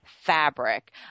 fabric